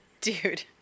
dude